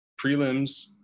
prelims